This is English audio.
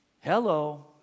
Hello